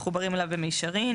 המחוברים אליו במישרין.